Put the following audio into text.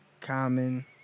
Common